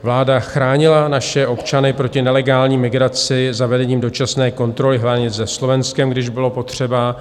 Vláda chránila naše občany proti nelegální migraci zavedením dočasné kontroly hranic se Slovenskem, když bylo potřeba.